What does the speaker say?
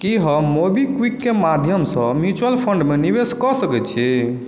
की हम मोबीक्विक के माध्यमसँ म्यूचुअल फंडमे निवेश कऽ सकै छी